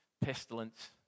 pestilence